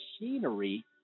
machinery